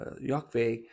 Yahweh